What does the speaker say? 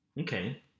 okay